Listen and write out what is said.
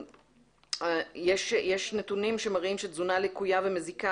יש נתונים שמראים שתזונה לקויה ומזיקה